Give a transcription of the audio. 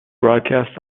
broadcast